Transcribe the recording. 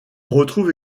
retrouve